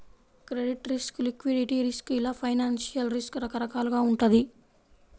credit risk, liquidity risk ఇలా financial risk రకరకాలుగా వుంటది